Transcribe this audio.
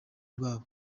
bwabo